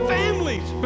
families